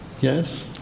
Yes